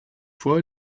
fois